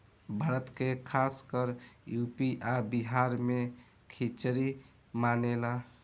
भारत मे खासकर यू.पी आ बिहार मे खिचरी मानेला